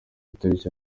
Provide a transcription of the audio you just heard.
itariki